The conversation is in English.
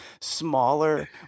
smaller